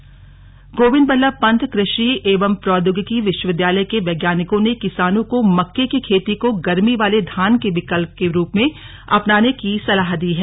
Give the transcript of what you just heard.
मक्के की खेती गोविंद बल्लभ पंत कृषि एवं प्रौद्योगिकी विश्वविद्यालय के वैज्ञानिकों ने किसानों को मक्के की खेती को गर्मी वाले धान के विकल्प के रूप में अपनाने की सलाह दी है